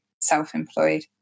self-employed